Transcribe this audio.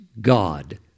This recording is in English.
God